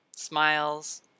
Smiles